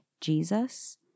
Jesus